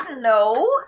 No